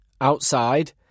outside